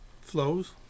Flows